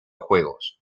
juegos